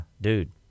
dude